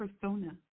persona